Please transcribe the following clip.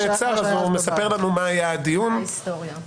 נעצר אז הוא מספר לנו את ההיסטוריה הרלוונטית.